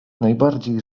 najbardziej